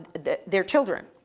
the, their children.